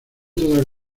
toda